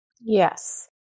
Yes